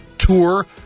Tour